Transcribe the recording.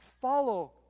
follow